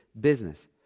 business